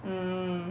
mm